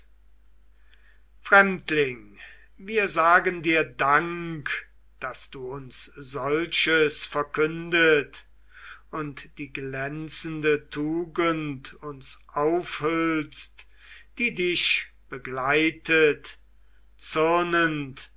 fremdling wir sagen dir dank daß du uns solches verkündest und die glänzende tugend uns aufhüllst die dich begleitet zürnend